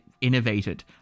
innovated